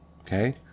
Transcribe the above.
okay